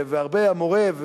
הרבה המורה,